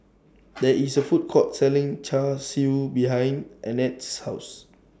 There IS A Food Court Selling Char Siu behind Arnett's House